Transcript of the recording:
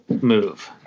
move